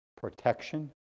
protection